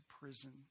prison